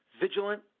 vigilant